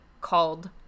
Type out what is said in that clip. called